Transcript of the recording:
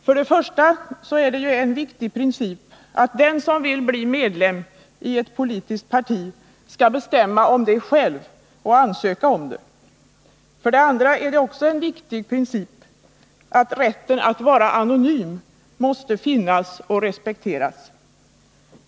För det första är det en viktig princip att den som vill bli medlem i ett politiskt parti skall bestämma om det själv och ansöka om det. För det andra är det också en viktig princip att rätten att vara anonym måste finnas och respekteras.